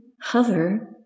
hover